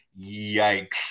Yikes